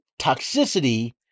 toxicity